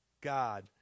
God